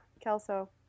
Kelso